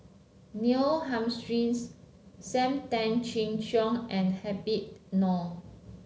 Neil Humphreys Sam Tan Chin Siong and Habib Noh